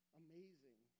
amazing